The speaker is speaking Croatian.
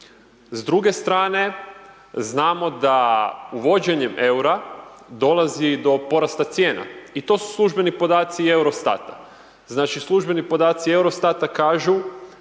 S druge strane, znamo da uvođenjem EUR-a dolazi do porasta cijena i to su službeni podaci Eurostata. Znači, službeni podaci Eurostata kažu